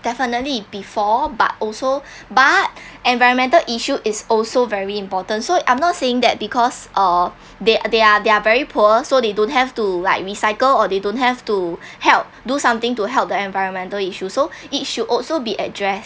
definitely before but also but environmental issue is also very important so I'm not saying that because uh they they're they're very poor so they don't have to like recycle or they don't have to help do something to help the environmental issues so it should also be addressed